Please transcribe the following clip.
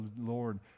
Lord